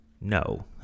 No